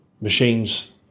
machines